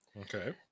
Okay